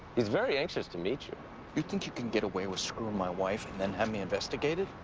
he's very anxious to meet you. you think you can get away with screwing my wife and then have me investigated?